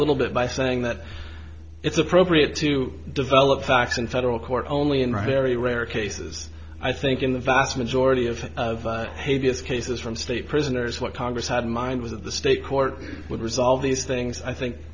little bit by saying that it's appropriate to develop facts in federal court only in rare a rare cases i think in the vast majority of hideous cases from state prisoners what congress had in mind was that the state court would resolve these things i think